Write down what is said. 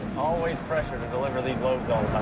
always pressure to deliver these loads all